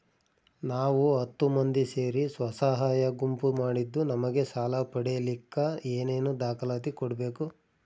ನಾವು ಹತ್ತು ಮಂದಿ ಸೇರಿ ಸ್ವಸಹಾಯ ಗುಂಪು ಮಾಡಿದ್ದೂ ನಮಗೆ ಸಾಲ ಪಡೇಲಿಕ್ಕ ಏನೇನು ದಾಖಲಾತಿ ಕೊಡ್ಬೇಕು?